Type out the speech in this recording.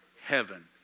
heaven